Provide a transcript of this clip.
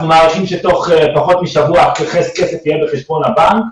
אנחנו מעריכים שתוך פחות משבוע הכסף יהיה בחשבון הבנק,